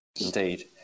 Indeed